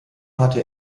hatte